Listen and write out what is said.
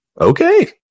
Okay